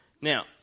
Now